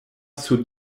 sur